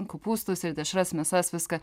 kopūstus ir dešras mėsas viską